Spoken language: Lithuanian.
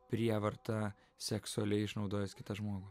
prievarta seksualiai išnaudojęs kitą žmogų